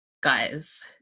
guys